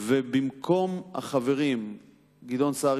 ובמקום החברים גדעון סער,